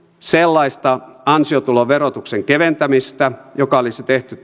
sellaista ansiotuloverotuksen keventämistä joka olisi tehty